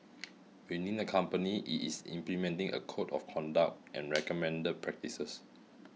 within the company it is implementing a code of conduct and recommended practices